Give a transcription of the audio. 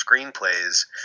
screenplays